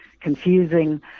confusing